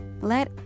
let